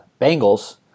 Bengals